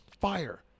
Fire